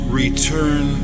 return